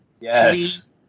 yes